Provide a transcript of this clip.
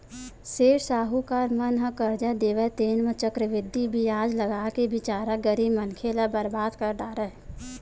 सेठ साहूकार मन ह करजा देवय तेन म चक्रबृद्धि बियाज लगाके बिचारा गरीब मनखे ल बरबाद कर डारय